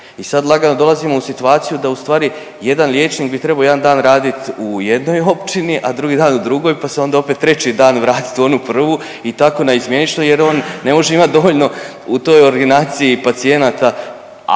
i sad lagano dolazimo u situaciju da ustvari jedan liječnik bi trebao jedan dan radit u jednoj općini, a drugi dan u drugoj pa se onda opet treći dan vratit u onu prvu i tako naizmjenično jer on ne može imat dovoljno u toj ordinaciji pacijenata,